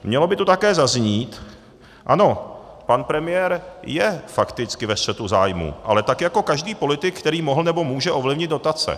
Mělo by tu také zaznít ano, pan premiér je fakticky ve střetu zájmů, ale tak jako každý politik, který mohl nebo může ovlivnit dotace.